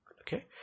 Okay